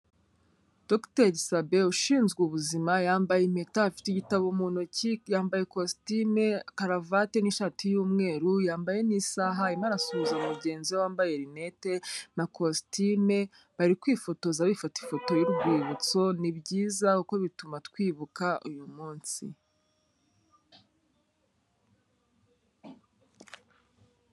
Dogiteri Sabin ushinzwe ubuzima, yambaye impeta, afite igitabo mu ntoki, yambaye ikositime, karuvati n'ishati y'umweru, yambaye n'isaha, arimo asuhuza mugenzi we wambaye rinete na kositime, bari kwifotoza, bifata ifoto y'urwibutso, ni byiza kuko bituma twibuka uyu munsi.